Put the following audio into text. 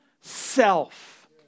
self